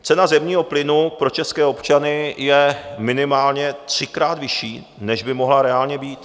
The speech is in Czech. Cena zemního plynu pro české občany je minimálně třikrát vyšší, než by mohla reálně být.